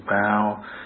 bow